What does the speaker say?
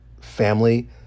family